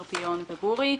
קרפיון ובורי.